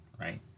right